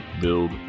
build